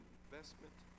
investment